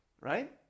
right